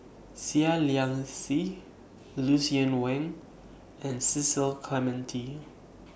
Seah Liang Seah Lucien Wang and Cecil Clementi